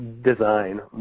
design